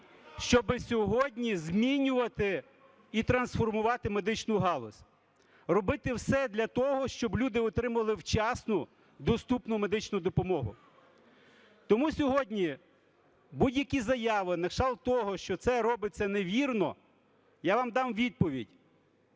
щоб сьогодні змінювати і трансформувати медичну галузь, робити все для того, щоб люди отримували вчасну доступну медичну допомогу. Тому сьогодні будь-які заяви на кшталт того, що це робиться невірно, я вам дам відповідь.